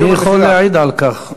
אני יכול להעיד על כך.